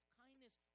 kindness